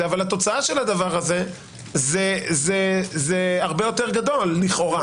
אבל התוצאה של זה הרבה יותר גדול לכאורה.